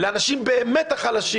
לאנשים החלשים באמת,